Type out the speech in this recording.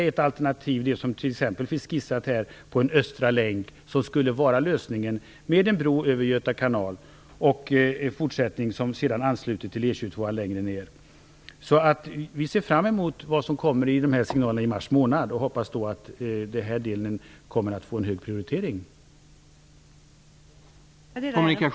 Det är t.ex. alternativet med en östra länk, en bro över Göta kanal och en fortsättning som sedan ansluter till E 22:an längre ner som skulle kunna vara lösningen. Vi ser fram emot vad som kommer i mars månad och hoppas att den här delen kommer att få en hög prioritet.